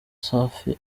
safi